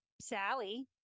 Sally